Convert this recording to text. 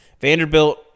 Vanderbilt